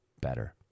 better